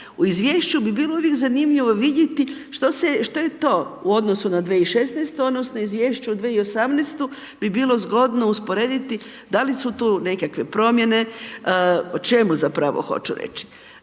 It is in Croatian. u izvješću bi bilo uvijek zanimljivo vidjeti što je to u odnosu na 2016. odnosno u izvješću u 2018. bi bilo zgodno usporediti da li su tu nekakve promjene, o čemu zapravo hoću reći?